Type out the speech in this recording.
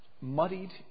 muddied